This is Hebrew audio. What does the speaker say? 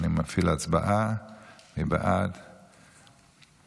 והיא חוזרת לדיון בוועדת הכלכלה.